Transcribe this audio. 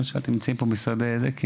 אני